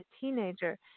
teenager